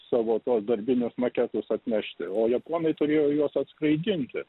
savo tuos darbinius maketus atnešti o japonai turėjo juos atskraidinti